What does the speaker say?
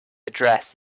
address